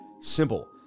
simple